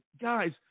Guys